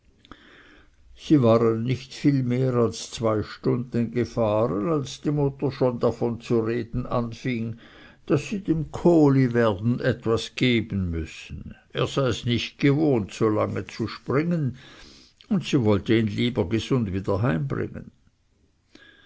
sie waren nicht viel mehr als zwei stunden gefahren als die mutter schon davon zu reden anfing daß sie dem kohli etwas werten geben müssen er seis nicht gewohnt so lange zu springen und sie wollte lieber ihn gesund wieder heimbringen